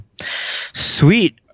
Sweet